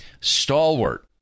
stalwart